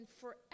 forever